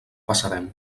passarem